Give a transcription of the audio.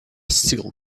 still